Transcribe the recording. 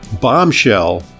Bombshell